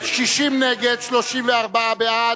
60 נגד, 34 בעד.